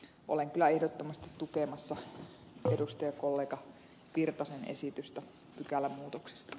olen kyllä ehdottomasti tukemassa edustajakollega erkki virtasen esitystä pykälän muutoksesta